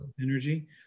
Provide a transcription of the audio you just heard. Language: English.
Energy